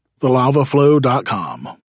TheLavaFlow.com